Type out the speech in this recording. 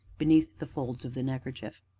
beneath the folds of the neckerchief.